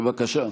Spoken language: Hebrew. בבקשה.